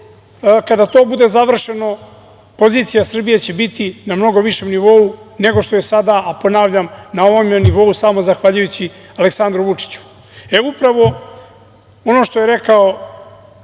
kada to bude završeno pozicija Srbije će biti na mnogo višem nivou nego što je sada, a ponavljam, na ovom je nivou samo zahvaljujući Aleksandru Vučiću. Evo, upravo ono što je rekao